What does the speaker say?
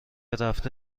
رفته